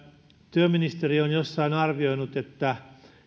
työministeriö on jossain arvioinut että